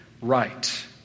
right